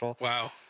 Wow